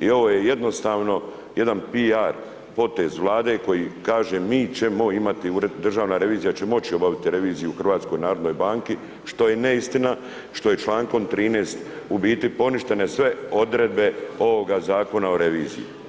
i ovo je jednostavno jedan PR potez Vlade koji kaže mi ćemo imati ured, Državna revizija će moći obaviti reviziju u HNB-u što je neistina, što je člankom 13. u biti poništene sve odredbe ovoga zakona o reviziji.